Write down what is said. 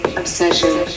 obsession